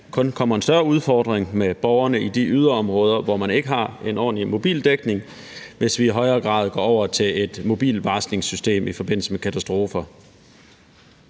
kun kommer en større udfordring med borgerne i de yderområder, hvor man ikke har en ordentlig mobildækning, hvis vi i højere grad går over til et mobilvarslingssystem i forbindelse med katastrofer.